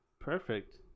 Perfect